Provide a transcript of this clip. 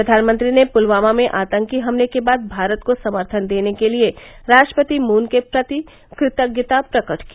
प्रधानमंत्री ने पुलवामा में आतंकी हमले के बाद भारत को समर्थन देने के लिए राष्ट्रपति मून के प्रति कृतज्ञता प्रकट की